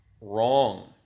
wrong